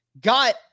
got